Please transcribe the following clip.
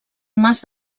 mas